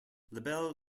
labelle